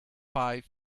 five